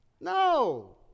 No